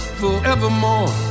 forevermore